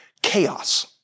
Chaos